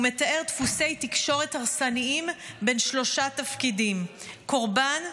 הוא מתאר דפוסי תקשורת הרסניים בין שלושה תפקידים: קורבן,